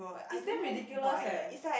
is damn ridiculous eh